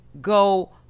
go